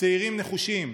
"צעירים נחושים"